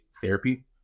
therapy